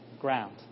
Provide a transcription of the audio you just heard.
ground